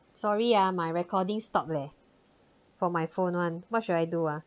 sorry ah my recording stopped leh from my phone [one] what should I do ah